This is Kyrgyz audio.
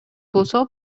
болсо